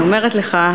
אני אומרת לך,